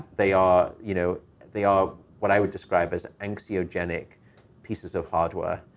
they are you know they are what i would describe as anxiogenic pieces of hardware.